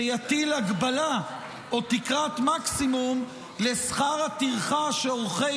שתטיל הגבלה או תקרת מקסימום לשכר הטרחה שעורכי